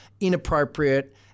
inappropriate